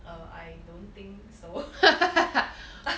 err I don't think so